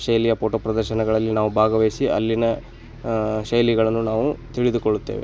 ಶೈಲಿಯ ಪೋಟೋ ಪ್ರದರ್ಶನಗಳಲ್ಲಿ ನಾವು ಭಾಗವಹ್ಸಿ ಅಲ್ಲಿನ ಶೈಲಿಗಳನ್ನು ನಾವು ತಿಳಿದುಕೊಳ್ಳುತ್ತೇವೆ